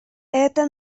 это